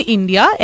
India